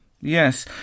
Yes